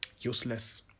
useless